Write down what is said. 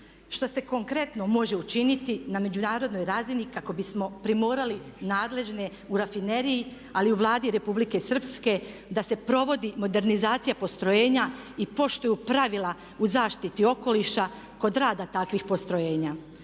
Šta se konkretno može učiniti na međunarodnoj razini kako bismo primorali nadležne u rafineriji ali i u Vladi Republike Srpske da se provodi modernizacija postrojenja i poštuju pravila u zaštiti okoliša kod rada takvih postrojenja.